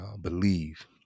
believe